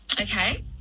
Okay